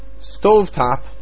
stovetop